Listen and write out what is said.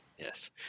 Yes